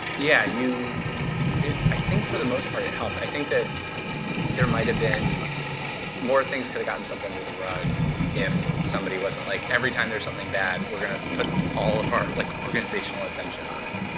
yeah, you i think for the most part, it helped. i think that there might have been more things could've gotten swept under the rug if somebody wasn't like, every time there's something bad, we're going to put all of our like organizational attention on it.